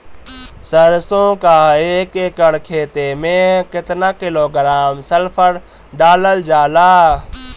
सरसों क एक एकड़ खेते में केतना किलोग्राम सल्फर डालल जाला?